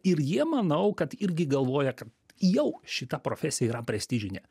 ir jie manau kad irgi galvoja ka jau šita profesija yra prestižinė